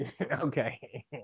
okay